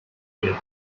wyn